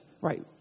right